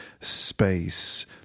space